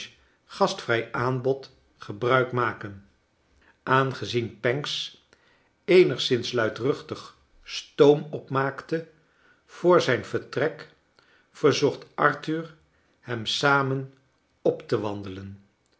gastvrrj aanbod gebruik maken aangezien pancks eenigszins luidmchtig stoom opmaakte voor zijn vertrek verzocht arthur hem samen op te wandelen